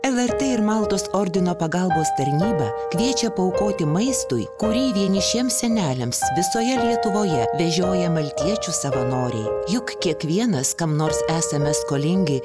el er tė ir maltos ordino pagalbos tarnyba kviečia paaukoti maistui kurį vienišiems seneliams visoje lietuvoje vežioja maltiečių savanoriai juk kiekvienas kam nors esame skolingi